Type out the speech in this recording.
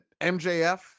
MJF